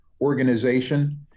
organization